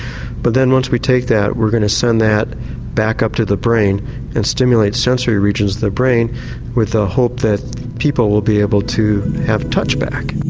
but then once we take that we're going to send that back up to the brain and stimulate sensory regions of the brain with the hope that people will be able to have touch back. ah,